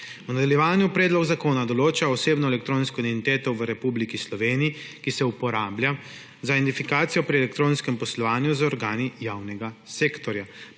V nadaljevanju predlog zakona določa osebno elektronsko identiteto v Republiki Sloveniji, ki se uporablja za identifikacijo pri elektronskem poslovanju z organi javnega sektorja.